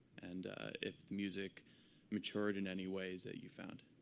and if the music matured in any ways that you found.